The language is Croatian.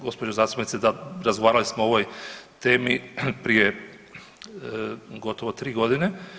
Gospođo zastupnice, da razgovarali smo o ovoj temi prije gotovo tri godine.